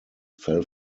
fell